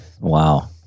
Wow